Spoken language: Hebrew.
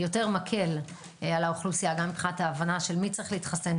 יותר מקל על האוכלוסייה גם מבחינת ההבנה של מי צריך להתחסן,